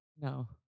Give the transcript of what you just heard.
No